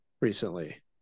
recently